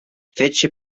fece